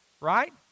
right